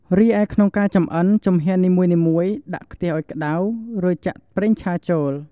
រីឯក្នុងការចំអិន ជំហានទីមួយ ដាក់ខ្ទះឱ្យក្តៅ រួចចាក់ប្រេងឆាចូល។